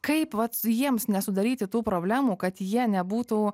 kaip vat s jiems nesudaryti tų problemų kad jie nebūtų